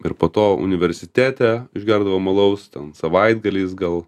ir po to universitete išgerdavome alaus ten savaitgaliais gal